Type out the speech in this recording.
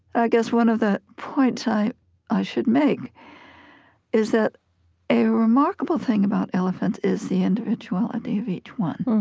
i guess one of the points i i should make is that a remarkable thing about elephants is the individuality of each one,